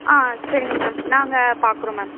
ஆ சரிங்க மேம் நாங்கள் பார்க்குறோம் மேம்